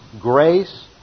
grace